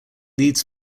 leeds